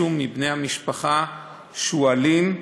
אם יש מישהו מבני המשפחה שהוא אלים,